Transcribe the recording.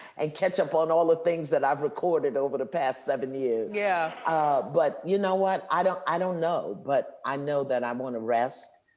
and catch up on all the things that i've recorded over the past seven years. yeah but you know what? i don't i don't know, but i know that i wanna rest.